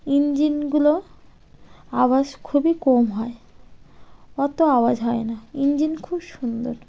ইঞ্জিনগুলো আওয়াজ খুবই কম হয় অত আওয়াজ হয় না ইঞ্জিন খুব সুন্দর